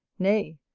nay,